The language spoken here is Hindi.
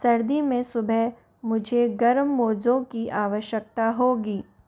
सर्दी में सुबह मुझे गर्म मोज़ों की आवश्यकता होगी